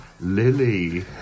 Lily